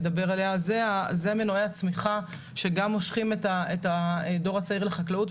אלה מנועי הצמיחה שגם מושכים את הדור הצעיר לחקלאות.